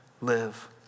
live